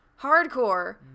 Hardcore